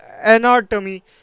anatomy